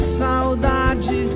saudade